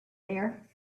there